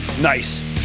Nice